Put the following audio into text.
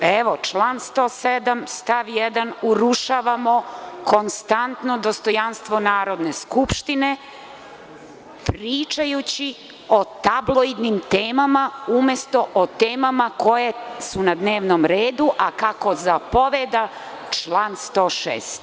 Evo, član 107. stav 1. urušavamo konstantno dostojanstvo Narodne skupštine pričajući o tabloidnim temama umesto o temama koje su na dnevnom redu, a kako zapoveda član 106.